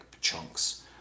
chunks